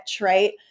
right